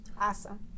awesome